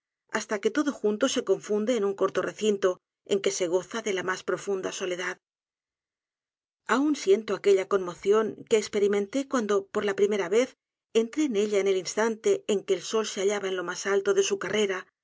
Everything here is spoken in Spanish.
hasta que todo junto se confunde en un corto recinto en que se goza de la mas profunda soledad aun siento aquella conmoción que esperimenté cuando por la primera vez entré en ella en el instante en que el sol se hallaba en lo mas alto de su carrera